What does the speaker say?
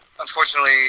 unfortunately